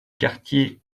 quartiers